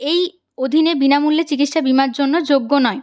এই অধীনে বিনামূল্যে চিকিৎসা বিমার জন্য যোগ্য নয়